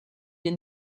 wir